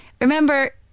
remember